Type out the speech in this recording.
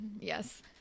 Yes